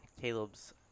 caleb's